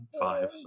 five